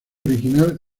original